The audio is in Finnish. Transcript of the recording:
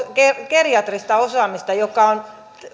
geriatrista osaamista joka on